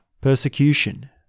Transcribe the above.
persecution